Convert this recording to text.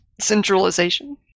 centralization